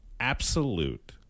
Absolute